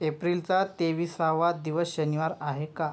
एप्रिलचा तेविसावा दिवस शनिवार आहे का